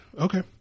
Okay